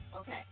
Okay